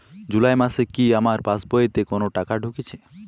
জুলাই মাসে কি আমার পাসবইতে কোনো টাকা ঢুকেছে?